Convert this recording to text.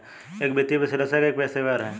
एक वित्तीय विश्लेषक एक पेशेवर है